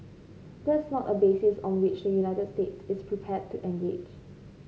that's not a basis on which the United States is prepared to engage